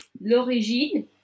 L'Origine